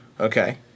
okay